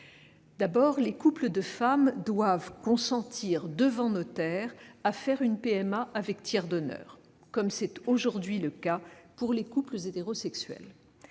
D'abord, les couples de femmes doivent consentir devant notaire à faire une PMA avec tiers donneur, comme c'est aujourd'hui le cas pour les couples hétérosexuels.